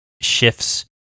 shifts